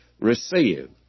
receive